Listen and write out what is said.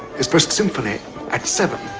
his first symphony at seven,